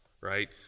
right